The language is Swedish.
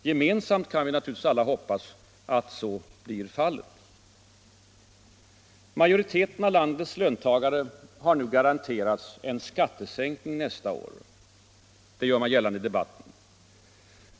Gemensamt kan vi natur ligtvis alla hoppas att så blir fallet. Majoriteten av landets löntagare har garanterats en skattesänkning nästa år — det är vad man har gjort gällande i debatten.